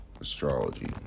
astrology